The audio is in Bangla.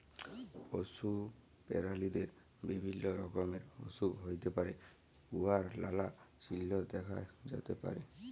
পশু পেরালিদের বিভিল্য রকমের অসুখ হ্যইতে পারে উয়ার লালা চিল্হ দ্যাখা যাতে পারে